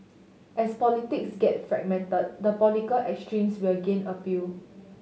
as politics get fragmented the political extremes will gain appeal